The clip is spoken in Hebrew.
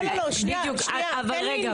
בדיוק, אבל רגע.